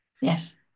yes